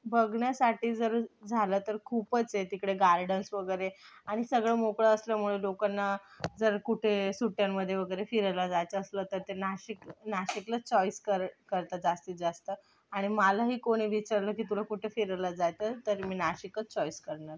बघण्यासाठी जर झालं तर खूपच आहे तिकडे गार्डन्स वगैरे आणि सगळं मोकळं असल्यामुळं लोकांना जर कुठे सुट्ट्यांमध्ये वगैरे फिरायला जायचं असलं तर ते नाशिक नाशिकलाच चॉइस कर करता जास्तीतजास्त आणि मलाही कोणी विचारलं की तुला कुठे फिरायला जायचं आहे तर मी नाशिकच चॉइस करणार